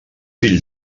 fill